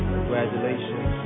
Congratulations